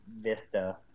vista